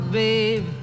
babe